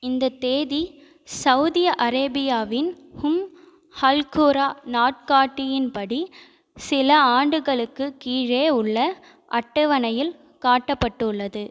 இந்தத் தேதி சவுதி அரேபியாவின் ஹும் அல் குரா நாட்காட்டியின்படி சில ஆண்டுகளுக்கு கீழே உள்ள அட்டவணையில் காட்டப்பட்டுள்ளது